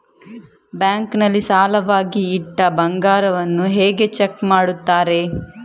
Bank ನಲ್ಲಿ ಸಾಲವಾಗಿ ಇಟ್ಟ ಬಂಗಾರವನ್ನು ಹೇಗೆ ಚೆಕ್ ಮಾಡುತ್ತಾರೆ?